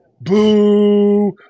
boo